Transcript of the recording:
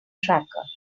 tracker